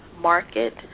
market